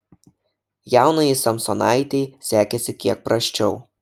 jaunajai samsonaitei sekėsi kiek prasčiau